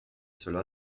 cela